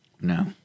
No